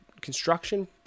construction